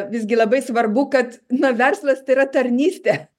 visgi labai svarbu kad na verslas tai yra tarnystė